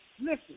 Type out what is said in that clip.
listen